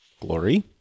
glory